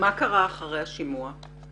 מה קרה אחרי השימוע?